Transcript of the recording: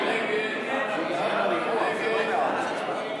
את הצעת חוק התכנון והבנייה